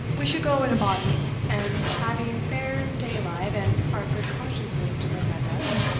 we should go in a body, and having fair day-light and our good consciences to befriend us,